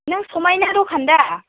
नों समायना दखान दा